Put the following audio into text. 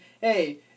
Hey